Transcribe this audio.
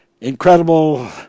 incredible